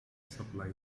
supply